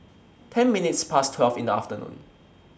ten minutes Past twelve in The afternoon